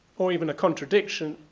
or even a contradiction,